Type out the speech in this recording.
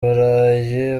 burayi